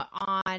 on